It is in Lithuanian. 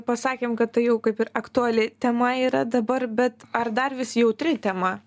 pasakėm kad tai jau kaip ir aktuali tema yra dabar bet ar dar vis jautri tema